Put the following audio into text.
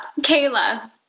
Kayla